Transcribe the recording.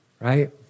right